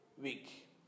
week